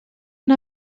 una